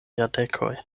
jardekoj